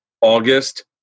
August